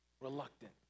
reluctant